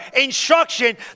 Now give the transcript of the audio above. instruction